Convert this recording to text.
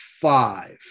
five